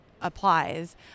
applies